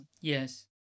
Yes